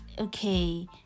okay